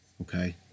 okay